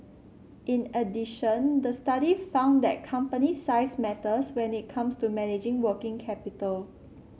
in addition the study found that company size matters when it comes to managing working capital